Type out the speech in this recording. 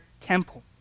temple